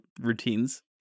routines